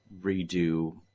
redo